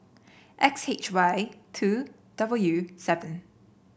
X H Y two W seven